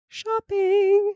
shopping